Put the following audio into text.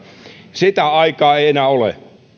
sitä aikaa ei enää ole